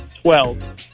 Twelve